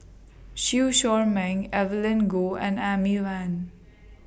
Chew Chor Meng Evelyn Goh and Amy Van